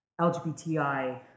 LGBTI